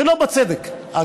לא בצדק.